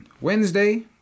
Wednesday